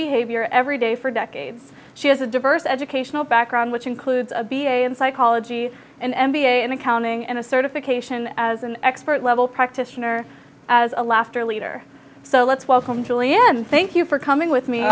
behavior every day for decades she has a diverse educational background which includes a b a in psychology and m b a in accounting and a certification as an expert level practitioner as a laughter leader so let's welcome julianne thank you for coming with